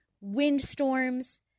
windstorms